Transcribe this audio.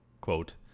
Quote